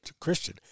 Christian